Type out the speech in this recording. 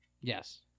Yes